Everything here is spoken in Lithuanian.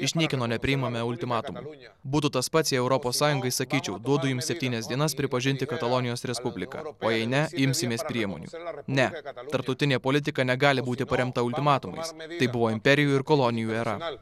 iš niekieno nepriimame ultimatumų būtų tas pats jei europos sąjungai sakyčiau duodu jums septynias dienas pripažinti katalonijos respubliką o jei ne imsimės priemonių ne tarptautinė politika negali būti paremta ultimatumais tai buvo imperijų ir kolonijų era